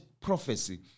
prophecy